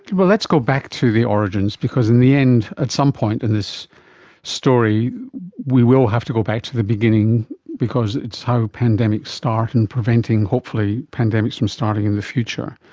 but let's go back to the origins because in the end at some point in this story we will have to go back to the beginning because it's how pandemics start and preventing hopefully pandemics from starting in the future.